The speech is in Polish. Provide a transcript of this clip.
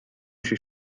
się